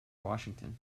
washington